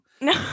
No